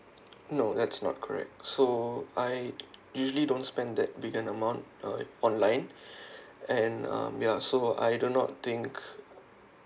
no that's not correct so I usually don't spend that big amount uh online and um ya so I do not think